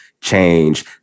change